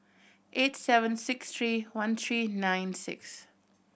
eight seven six three one three nine six